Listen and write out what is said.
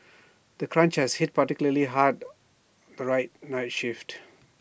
the crunch has hit particularly hard the right night shifts